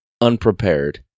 unprepared